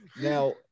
Now